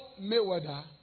Mayweather